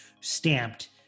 Stamped